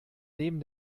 neben